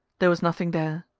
there was nothing there,